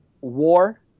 War